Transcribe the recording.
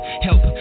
Help